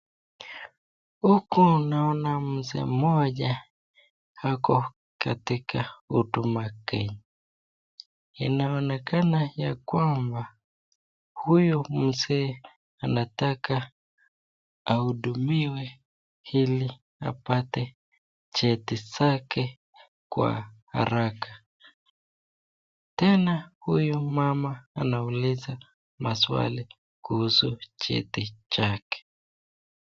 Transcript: Huku naona mzee mmoja ako katika huduma kenya, inaonekana ya kwamba huyu mzee anataka ahudumiwe ili apate cheti zake kwa haraka. Tena huyu mama anauliza maswali kuhusu cheti chake.